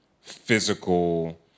physical